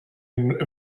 and